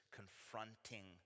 confronting